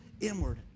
inward